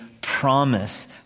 promise